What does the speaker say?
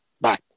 Bye